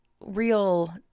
real